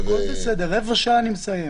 הכול בסדר, רבע שעה ואני מסיים.